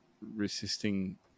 resisting